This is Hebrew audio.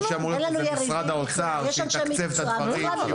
מי שאמור להיות כאן זה משרד האוצר שיתקצב את הדברים ויחליט.